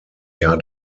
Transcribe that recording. jahr